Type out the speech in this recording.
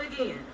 again